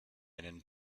einen